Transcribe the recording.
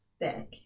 back